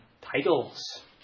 titles